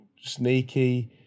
sneaky